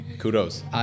Kudos